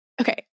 okay